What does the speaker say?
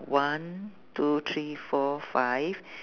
one two three four five